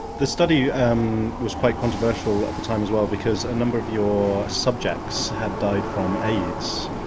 the study um was quite controversial at the time as well because a number of your subjects had died from aids,